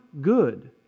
good